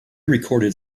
recorded